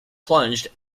plunged